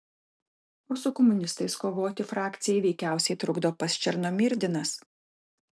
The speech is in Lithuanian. o su komunistais kovoti frakcijai veikiausiai trukdo pats černomyrdinas